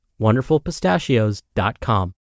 wonderfulpistachios.com